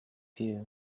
you